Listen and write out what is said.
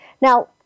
Now